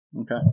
okay